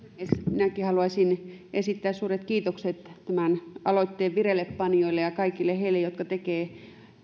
minäkin haluaisin esittää suuret kiitokset tämän aloitteen vireillepanijoille ja kaikille heille jotka tekevät